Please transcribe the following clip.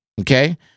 Okay